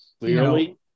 clearly